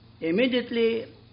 Immediately